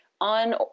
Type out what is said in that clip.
on